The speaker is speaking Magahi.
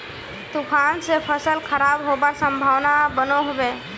तूफान से फसल खराब होबार संभावना बनो होबे?